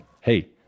hey